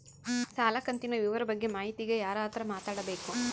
ಸಾಲ ಕಂತಿನ ವಿವರ ಬಗ್ಗೆ ಮಾಹಿತಿಗೆ ಯಾರ ಹತ್ರ ಮಾತಾಡಬೇಕು?